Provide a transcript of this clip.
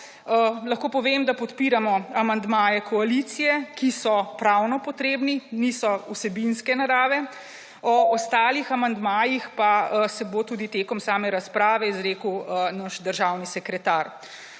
Lahko povem, da podpiramo amandmaje koalicije, ki so pravno potrebni, niso vsebinske narave. O ostalih amandmajih pa se bo tudi tekom razprave izrekel naš državni sekretar.